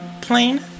plane